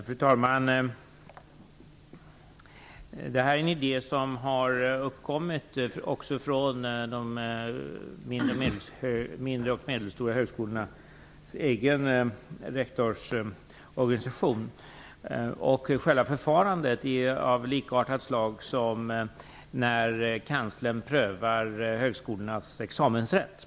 Fru talman! Detta är en idé som har uppkommit också utifrån de små och medelstora högskolornas egen rektorsorganisation. Själva förfarandet liknar det då kanslern prövar högskolornas examensrätt.